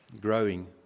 growing